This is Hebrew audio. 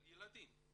על הילדים.